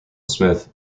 smith